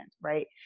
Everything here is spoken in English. right